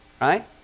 right